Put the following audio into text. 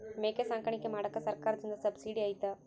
ಮೇಕೆ ಸಾಕಾಣಿಕೆ ಮಾಡಾಕ ಸರ್ಕಾರದಿಂದ ಸಬ್ಸಿಡಿ ಐತಾ?